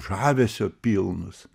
žavesio pilnus